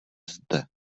zde